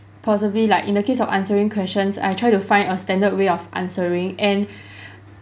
possibly like in the case of answering questions I try to find a standard way of answering and